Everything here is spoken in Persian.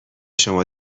شما